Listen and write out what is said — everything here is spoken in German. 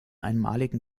einmaligen